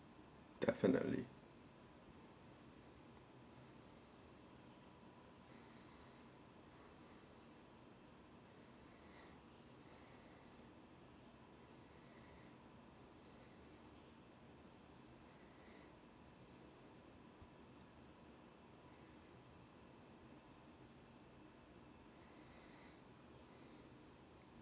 definitely